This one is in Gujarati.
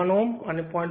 1 Ω અને 0